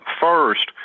First